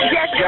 Yes